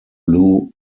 lou